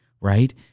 right